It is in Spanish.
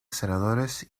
senadores